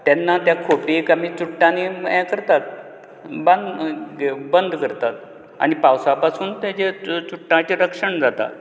तेन्ना त्या खोपीक आमी चुडटांनी यें करतात बांदून बंद करता आनी पावसा पासून तेजें चुडटांचें रक्षण जाता